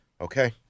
Okay